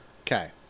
okay